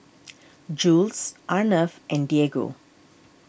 Jules Arnav and Diego